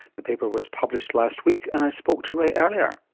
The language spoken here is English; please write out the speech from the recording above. the paper was published last week and i spoke to ray earlier.